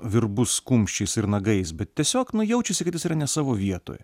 virbus kumščiais ir nagais bet tiesiog nu jaučiasi kad jis yra ne savo vietoj